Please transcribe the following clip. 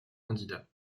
candidat